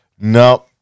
no